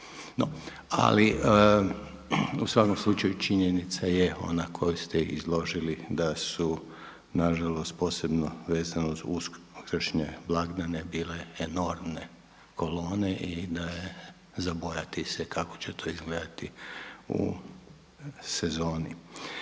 ali u svakom slučaju činjenica je ona koju ste izložili da su nažalost posebno vezano uz uskršnje blagdane bile enormne kolone i da je za bojati se kako će to izgledati u sezoni.